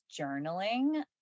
journaling